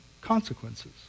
consequences